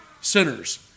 Sinners